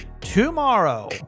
tomorrow